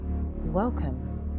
Welcome